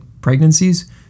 pregnancies